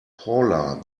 paula